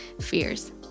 fears